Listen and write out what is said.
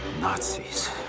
Nazis